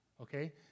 Okay